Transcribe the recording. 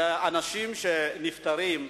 שאנשים שנפטרים,